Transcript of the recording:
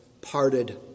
parted